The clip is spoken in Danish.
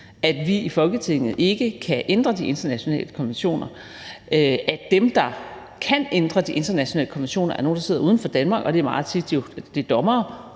at vi i Folketinget ikke kan ændre de internationale konventioner, og at dem, der kan ændre de internationale konventioner, er nogle, der sidder uden for Danmark. Og det er jo meget tit dommere,